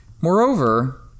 Moreover